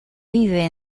vive